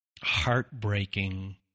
heartbreaking